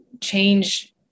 change